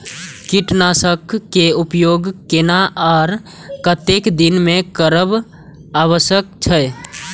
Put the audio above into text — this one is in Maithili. कीटनाशक के उपयोग केना आर कतेक दिन में करब आवश्यक छै?